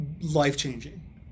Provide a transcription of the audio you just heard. life-changing